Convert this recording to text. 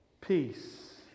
Peace